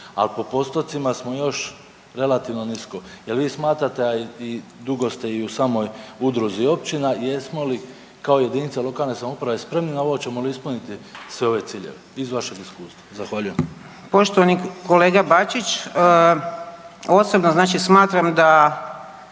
a po postocima smo još relativno nisko. Jel vi smatrate, a i dugo ste i u samoj udruzi općina jesmo li kao jedinica lokalne samouprave spremni na ovo, hoćemo li ispuniti sve ove ciljeve iz vašeg iskustva. Zahvaljujem. **Zmaić, Ankica